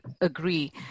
agree